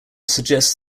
suggests